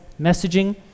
messaging